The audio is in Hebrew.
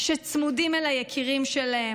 שצמודים אל היקירים שלהם.